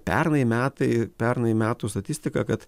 pernai metai pernai metų statistiką kad